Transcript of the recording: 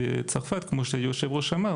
וכמו שהיו"ר אמר,